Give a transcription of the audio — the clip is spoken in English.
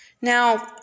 Now